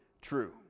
true